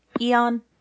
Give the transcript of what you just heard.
Eon